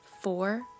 four